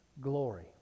glory